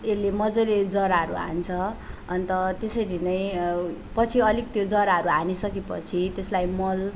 यसले मज्जाले जराहरू हान्छ अन्त त्यसरी नै पछि अलिक त्यो जराहरू हानिसकेपछि त्यसलाई मलको